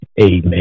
amen